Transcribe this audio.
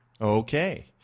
Okay